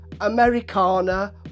Americana